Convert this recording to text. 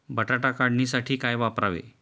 बटाटा काढणीसाठी काय वापरावे?